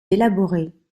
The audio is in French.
élaborée